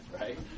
right